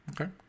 Okay